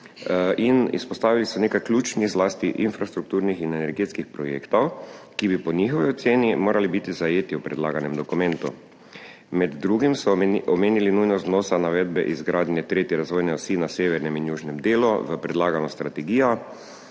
Izpostavili so nekaj ključnih, zlasti infrastrukturnih in energetskih projektov, ki bi po njihovi oceni morali biti zajeti v predlaganem dokumentu. Med drugim so omenili nujnost vnosa navedbe izgradnje tretje razvojne osi na severnem in južnem delu v predlagano strategijo,